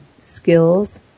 skills